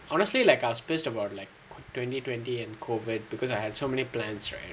honestly like I was pissed of like twenty twenty and COVID because I had so many plans right